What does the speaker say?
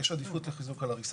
יש עדיפות לחיזוק על הריסה.